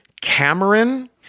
Cameron